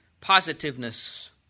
positiveness